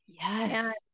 Yes